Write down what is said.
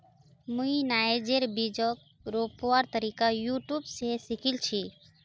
मुई नाइजरेर बीजक रोपवार तरीका यूट्यूब स सीखिल छि